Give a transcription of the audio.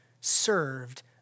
served